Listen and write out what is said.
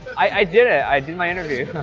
i did it. i did my interview.